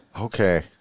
Okay